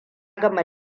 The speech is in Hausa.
gama